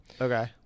Okay